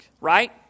right